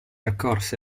accorse